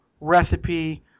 recipe